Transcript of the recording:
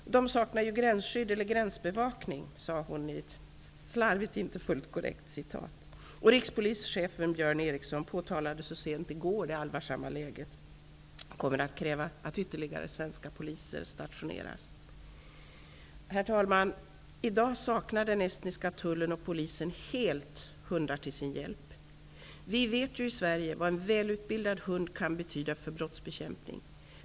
''Dom saknar ju helt gränsskydd eller gränsbevakning'', skall hon nyss ha sagt enligt citat från ett slarvigt, inte fullt korrekt uttalande. Rikspolischefen Björn Eriksson påtalade så sent som i går det allvarsamma läget och kommer att kräva att ytterligare svenska poliser stationeras i öst. Herr talman! I dag saknar den estniska tullen och polisen helt hundar till sin hjälp. Vi vet ju i Sverige vad en välutbildad hund kan betyda för brottsbekämpning.